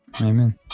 Amen